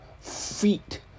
feet